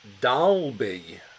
Dalby